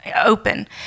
open